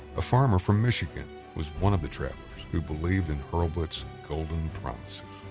a farmer from michigan, was one of the travelers who believed in hurlbut's golden promises.